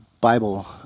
Bible